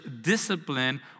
discipline